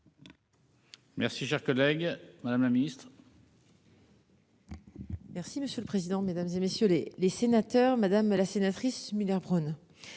Merci cher collègue. Madame la ministre.